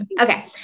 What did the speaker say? Okay